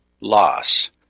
loss